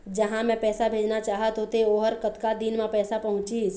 जहां मैं पैसा भेजना चाहत होथे ओहर कतका दिन मा पैसा पहुंचिस?